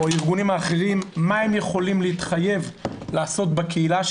הארגונים האחרים מה הם יכולים להתחייב לעשות בקהילה,